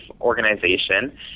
organization